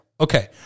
Okay